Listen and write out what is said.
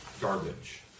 garbage